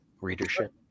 readership